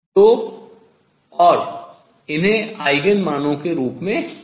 तो और इन्हें आयगेन मानों के रूप में जाना जाता है